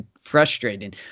frustrating